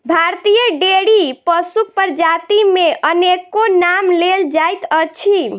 भारतीय डेयरी पशुक प्रजाति मे अनेको नाम लेल जाइत अछि